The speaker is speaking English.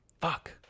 fuck